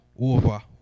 over